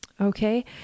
Okay